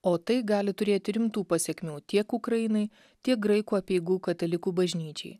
o tai gali turėti rimtų pasekmių tiek ukrainai tiek graikų apeigų katalikų bažnyčiai